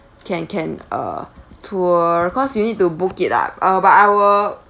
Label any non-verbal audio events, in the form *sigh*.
can can uh *breath* tour cause you need to book it lah uh but I will